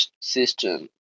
system